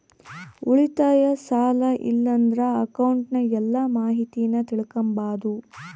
ಉಳಿತಾಯ, ಸಾಲ ಇಲ್ಲಂದ್ರ ಅಕೌಂಟ್ನ ಎಲ್ಲ ಮಾಹಿತೀನ ತಿಳಿಕಂಬಾದು